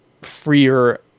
freer